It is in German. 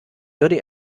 würde